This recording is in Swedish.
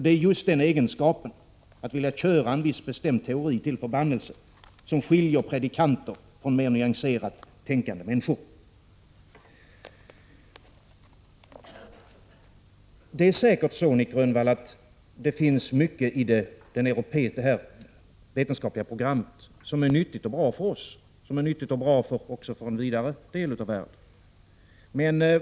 Det är just egenskapen att vilja köra en viss teori till förbannelse som skiljer predikanter och mer nyanserat tänkande människor. Det är säkert så, Nic Grönvall, att det finns mycket i det vetenskapliga programmet som är bra för Sverige, liksom också för andra delar av världen.